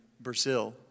Brazil